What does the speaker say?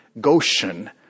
Goshen